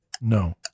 No